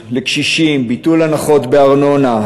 בארנונה,